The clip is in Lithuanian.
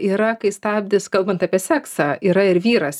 yra kai stabdis kalbant apie seksą yra ir vyras